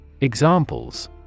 Examples